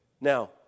Now